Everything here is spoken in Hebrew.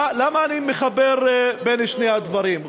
למה אני מחבר בין שני הדברים?